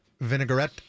Vinaigrette